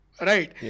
right